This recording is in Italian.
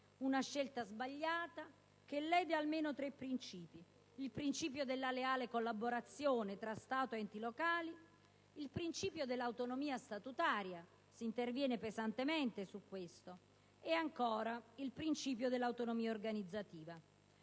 una scelta sbagliata che lede almeno tre principi: il principio della leale collaborazione tra Stato ed enti locali, quello dell'autonomia statutaria, sulla quale si interviene pesantemente, e, ancora, il principio dell'autonomia organizzativa.